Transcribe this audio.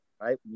right